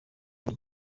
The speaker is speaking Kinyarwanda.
muri